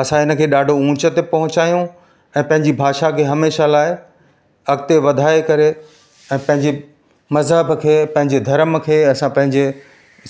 असां इनखे ॾाढो उंच ते पहुचायूं ऐं पंहिंजी भाषा खे हमेशह लाइ अॻिते वधाए करे ऐं पंहिंजी मज़हब खे पंहिंजे धर्म खे असां पंहिंजे